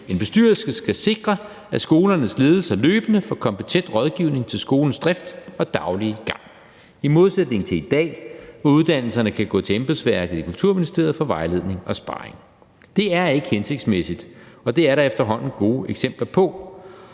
En bestyrelse skal sikre, at skolernes ledelse løbende får kompetent rådgivning til skolens drift og daglige gang, i modsætning til i dag, hvor uddannelserne kan gå til embedsværket i Kulturministeriet for at få vejledning og sparring. Det er ikke hensigtsmæssigt, og det er der efterhånden gode eksempler på.